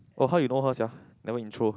oh how you know her sia never intro